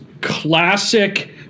classic